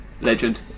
Legend